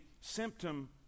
symptom